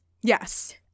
Yes